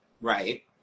Right